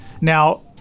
Now